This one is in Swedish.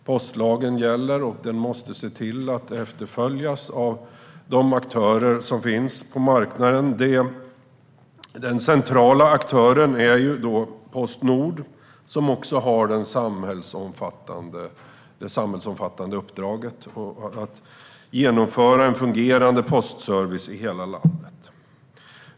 Postlagen gäller, och den måste efterföljas av de aktörer som finns på marknaden. Den centrala aktören är Postnord, som också har det samhällsomfattande uppdraget att genomföra en fungerande postservice i hela landet.